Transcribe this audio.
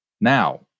Now